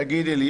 תגידי לי,